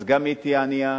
אז גם היא תהיה ענייה,